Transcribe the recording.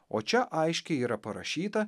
o čia aiškiai yra parašyta